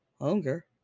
Hunger